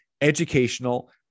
educational